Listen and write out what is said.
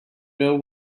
know